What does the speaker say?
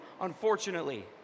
unfortunately